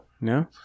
No